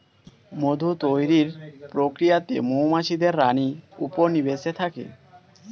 মধু তৈরির প্রক্রিয়াতে মৌমাছিদের রানী উপনিবেশে থাকে